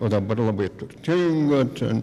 o dabar labai turtinga ten